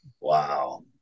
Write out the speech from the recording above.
Wow